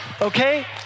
Okay